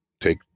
take